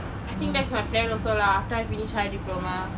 I think that's my plan also lah after I finish higher diploma